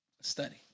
study